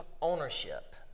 ownership